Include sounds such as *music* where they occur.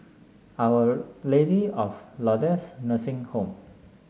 Our *unintelligible* Lady of Lourdes Nursing Home